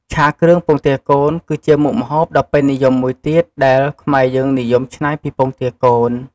ឆាគ្រឿងពងទាកូន គឺជាមុខម្ហូបដ៏ពេញនិយមមួយទៀតដែលខ្មែរយើងនិយមច្នៃពីពងទាកូន។